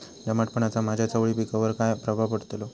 दमटपणाचा माझ्या चवळी पिकावर काय प्रभाव पडतलो?